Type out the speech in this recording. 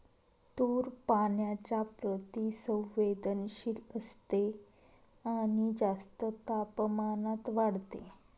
तूर पाण्याच्या प्रति संवेदनशील असते आणि जास्त तापमानात वाढते